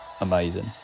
amazing